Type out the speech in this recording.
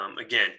again